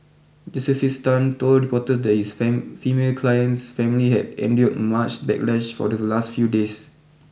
Josephus Tan told reporters that his female client's family had endured much backlash for the last few days